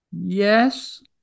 Yes